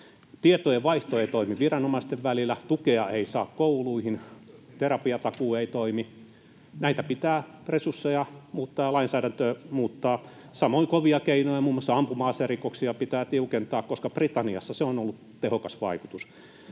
Tietojen vaihto ei toimi viranomaisten välillä, tukea ei saa kouluihin, terapiatakuu ei toimi. Näissä pitää resursseja muuttaa ja lainsäädäntöä muuttaa. Samoin kovia keinoja: muun muassa ampuma-aserikoksia pitää tiukentaa, koska Britanniassa sillä on ollut tehokas vaikutus.